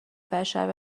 بشر